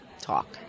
talk